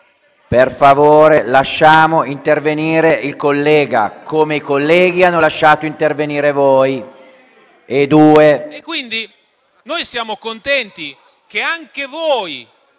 Per favore, lasciamo intervenire il collega, come i colleghi hanno lasciato intervenire voi. E due.